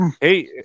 hey